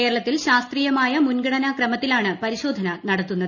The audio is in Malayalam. കേരളത്തിൽ ശാസ്ത്രീയമായി മുൻഗണനാ ക്രമത്തിലാണ് പരിശോധന നടത്തുന്നത്